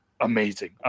amazing